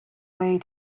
way